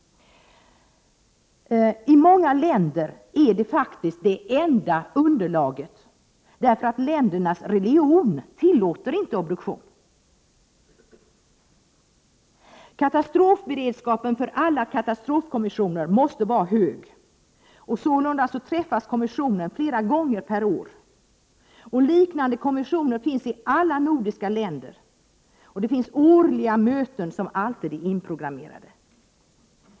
I många länder är tänderna faktiskt det enda underlaget, eftersom religionen inte tillåter obduktion. Katastrofberedskapen för alla katastrofkommissioner måste vara hög. Kommissionen träffas flera gånger per år. Liknande kommissioner finns i alla nordiska länder, och årliga möten är alltid inprogrammerade.